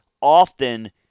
often –